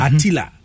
Atila